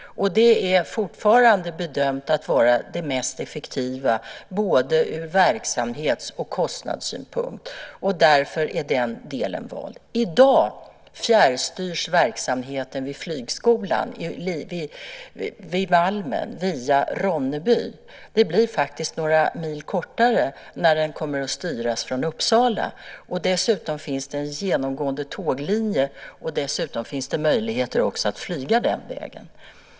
Det bedöms fortfarande vara det mest effektiva ur både verksamhets och kostnadssynpunkt, och därför är den delen vald. I dag fjärrstyrs verksamheten vid flygskolan på Malmen via Ronneby. Den fjärrstyrningen blir faktiskt några mil kortare när den kommer att styras från Uppsala. Dessutom finns det en genomgående tåglinje och även möjligheter att flyga den vägen.